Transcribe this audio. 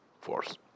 force